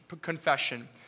confession